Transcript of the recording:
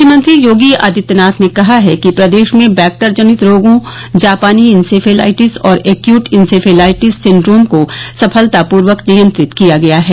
मुख्यमंत्री योगी आदित्यनाथ ने कहा है कि प्रदेश में बैक्टरजनित रोगों जापानी इंसेफेलाइटिस और एक्यूट इंसेफेलाइटिस सिण्ड्रोम को सफलतापूर्वक नियंत्रित किया है